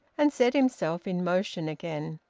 and set himself in motion again.